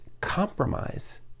compromise